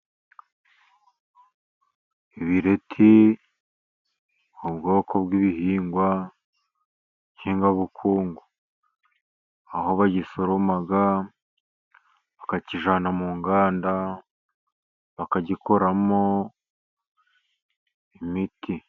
Ibireti ni ubwoko bw'igihingwa ngengabukungu, aho bagisoroma bakakijyana mu nganda bakagikoramo imiti.